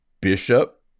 bishop